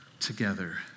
together